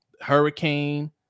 Hurricane